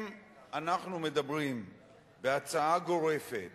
אם אנחנו מדברים בהצעה גורפת